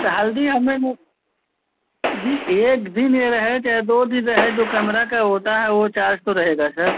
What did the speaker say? तो हल्दी हमें वह जी एक दिन यह रहे चाहे दो दिन रहे जो कैमरा का होता है वह चार्ज तो रहेगा सर